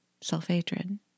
self-hatred